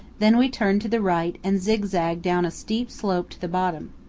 then we turn to the right and zigzag down a steep slope to the bottom.